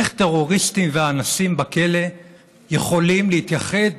איך טרוריסטים ואנסים בכלא יכולים להתייחד